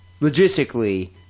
logistically